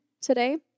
today